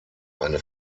eine